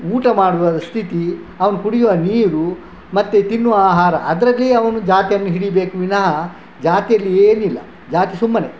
ಊಟ ಮಾಡುವ ಸ್ಥಿತಿ ಅವ್ನು ಕುಡಿಯುವ ನೀರು ಮತ್ತೆ ತಿನ್ನುವ ಆಹಾರ ಅದರಲ್ಲಿ ಅವನು ಜಾತಿಯನ್ನು ಹಿಡಿಯಬೇಕು ವಿನಃ ಜಾತಿಯಲ್ಲಿ ಏನಿಲ್ಲ ಜಾತಿ ಸುಮ್ಮನೆ